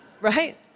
Right